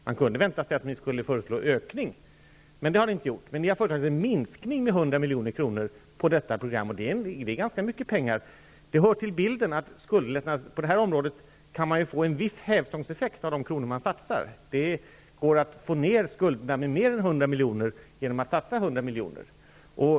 Man kunde vänta sig att ni skulle föreslå en ökning, men det har ni inte gjort. Ni har föreslagit en minskning med 100 milj.kr. på detta program, och det är ganska mycket pengar. Det hör till bilden att man på detta område kan få en viss hävstångseffekt av de kronor man satsar. Det går att få ner skulderna med mer än 100 milj.kr. om man satsar 100 milj.kr.